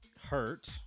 hurt